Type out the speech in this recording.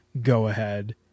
go-ahead